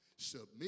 Submit